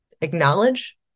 acknowledge